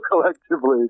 collectively